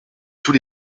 tous